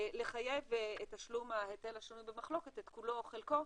לחייב את התשלום השנוי במחלוקת, את כולו או חלקו.